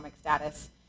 status